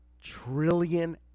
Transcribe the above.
trillion